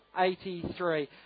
83